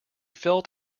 felt